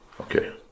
Okay